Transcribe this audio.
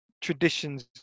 traditions